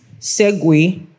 segue